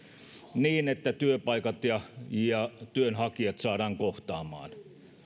niin että työpaikat ja ja työnhakijat saadaan kohtaamaan